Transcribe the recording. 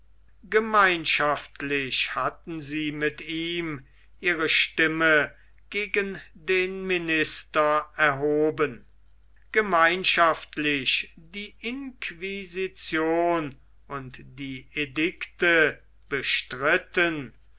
gemeinschaftlich hatten sie mit ihm ihre stimme gegen den minister erhoben gemeinschaftlich die inquisition und die edikte bestritten